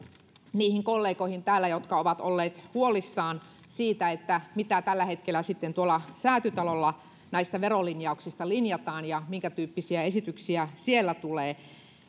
niihin kollegoihin täällä jotka ovat olleet huolissaan siitä mitä tällä hetkellä tuolla säätytalolla näistä verolinjauksista linjataan ja minkätyyppisiä esityksiä siellä tulee